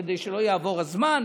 כדי שלא יעבור הזמן,